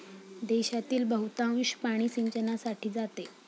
देशातील बहुतांश पाणी सिंचनासाठी जाते